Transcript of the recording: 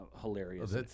hilarious